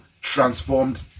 transformed